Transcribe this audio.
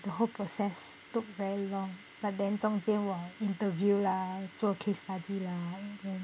the whole process took very long but then 中间我有 interview lah 做 case study lah then